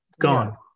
gone